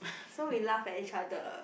so we laugh at each other